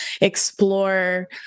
explore